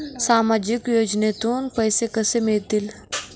सामाजिक योजनेतून पैसे कसे मिळतील?